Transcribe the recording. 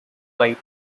white